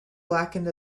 blackened